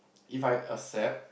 If I accept